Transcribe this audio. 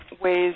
ways